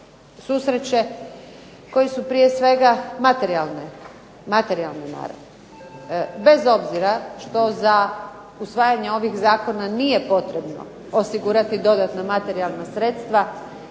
susreće, koji su prije svega materijalne naravi. Bez obzira što za usvajanje ovih zakona nije potrebno osigurati dodatna materijalna sredstva